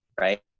right